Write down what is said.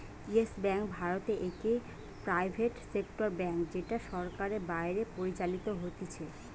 yes bank ভারতে একটি private sector bank যেটা সরকারের বাইরে পরিচালিত হতিছে